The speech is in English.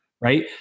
right